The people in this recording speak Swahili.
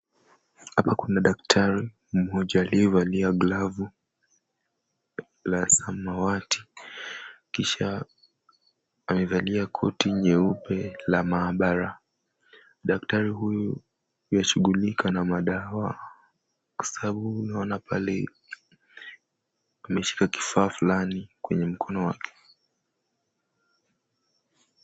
Hapa kuna daktari mmoja aliyevalia glavu la samawati kisha amevalia koti nyeupe la maabara. Daktari huyu ywashughulika na madawa kwa sababu naona pale ameshika kifaa fulani kwenye mkono wake.